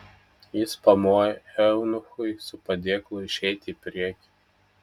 jis pamojo eunuchui su padėklu išeiti į priekį